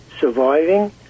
surviving